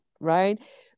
right